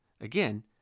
Again